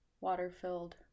water-filled